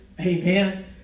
Amen